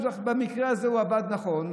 במקרה הזה הוא עבד נכון.